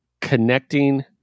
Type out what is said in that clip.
connecting